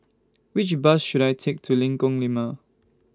Which Bus should I Take to Lengkong Lima